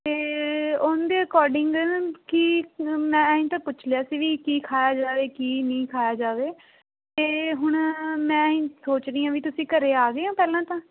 ਅਤੇ ਉਹਦੇ ਅਕੋਰਡਿੰਗ ਮੈਂ ਇਹ ਤਾਂ ਪੁੱਛ ਲਿਆ ਸੀ ਬਈ ਕੀ ਖਾਇਆ ਜਾਵੇ ਕੀ ਨਹੀਂ ਖਾਇਆ ਜਾਵੇ ਅਤੇ ਹੁਣ ਮੈਂ ਸੋਚਦੀ ਹਾਂ ਬਈ ਤੁਸੀਂ ਘਰੇ ਆ ਗਏ ਆ ਪਹਿਲਾਂ ਤਾਂ